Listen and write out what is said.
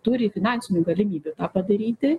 turi finansinių galimybių tą padaryti